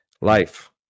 life